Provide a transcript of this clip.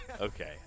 Okay